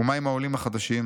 "ומה עם העולים החדשים?